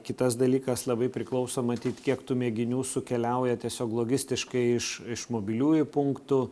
kitas dalykas labai priklauso matyt kiek tų mėginių sukeliauja tiesiog logistiškai iš iš mobiliųjų punktų